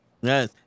Yes